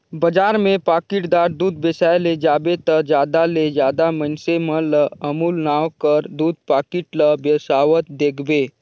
बजार में पाकिटदार दूद बेसाए ले जाबे ता जादा ले जादा मइनसे मन ल अमूल नांव कर दूद पाकिट ल बेसावत देखबे